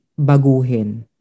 baguhin